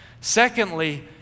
Secondly